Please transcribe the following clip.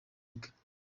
bwe